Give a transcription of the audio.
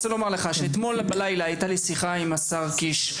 אתמול בלילה הייתה לי שיחה עם השר קיש,